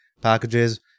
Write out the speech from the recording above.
packages